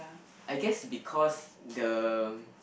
I guess because the